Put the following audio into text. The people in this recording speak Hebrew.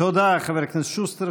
תודה, חבר הכנסת שוסטר.